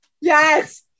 Yes